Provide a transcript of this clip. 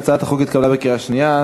אנחנו מתקדמים לכיוון הצבעה בקריאה שנייה.